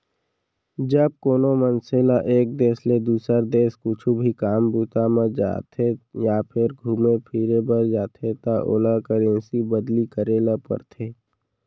जब कोनो मनसे ल एक देस ले दुसर देस कुछु भी काम बूता म जाथे या फेर घुमे फिरे बर जाथे त ओला करेंसी बदली करे ल परथे